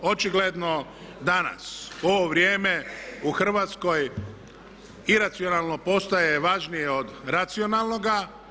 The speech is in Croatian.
Očigledno danas u ovo vrijeme u Hrvatskoj iracionalno postaje važnije od racionalnoga.